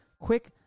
quick